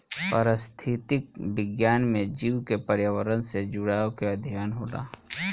पारिस्थितिक विज्ञान में जीव के पर्यावरण से जुड़ाव के अध्ययन होला